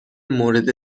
مورد